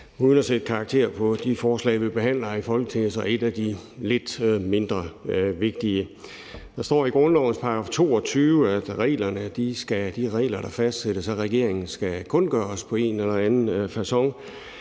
jeg skal sætte karakter på de forslag, vi behandler her i Folketinget, et af de lidt mindre vigtige. Der står i grundlovens § 22, at de regler, der fastsættes af regeringen, skal kundgøres på en eller anden facon.